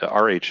RH